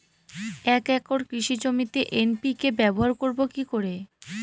এক একর কৃষি জমিতে এন.পি.কে ব্যবহার করব কি করে?